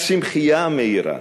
הצמחייה המהירה,